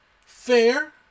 Fair